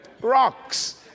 Rocks